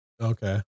Okay